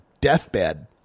deathbed